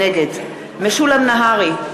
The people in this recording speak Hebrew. נגד משולם נהרי,